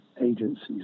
agencies